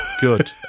Good